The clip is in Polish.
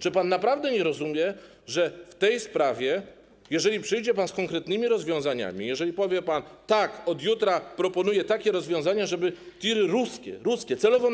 Czy pan naprawdę nie rozumie, że w tej sprawie, jeżeli przyjdzie pan z konkretnymi rozwiązaniami, jeżeli powie pan: tak, od jutra proponuję takie rozwiązania, żeby tiry ruskie, celowo